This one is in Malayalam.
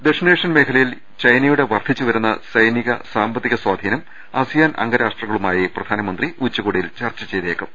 ദക്ഷി ണേഷ്യൻ മേഖലയിൽ ചൈനയുടെ വർദ്ധിച്ചുവരുന്ന സൈനിക സാമ്പത്തിക സ്വാധീനം അസിയാൻ അംഗരാഷ്ട്രങ്ങളുമായി പ്രധാനമന്ത്രി ഉച്ചകോടിയിൽ ചർച്ച ചെയ്തേക്കും